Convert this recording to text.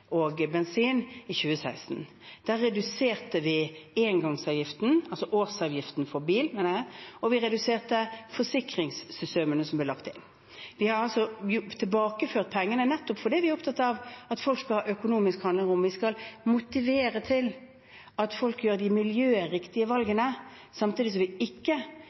og bensin i 2016. Der reduserte vi årsavgiften for bil, og vi reduserte forsikringssummene som ble lagt til. Vi har altså tilbakeført pengene, nettopp fordi vi er opptatt av at folk skal ha økonomisk handlingsrom. Vi skal motivere til at folk tar de miljøriktige valgene, samtidig som vi ikke